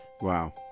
Wow